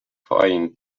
fine